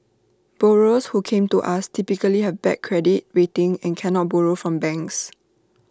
borrowers who came to us typically have bad credit rating and cannot borrow from banks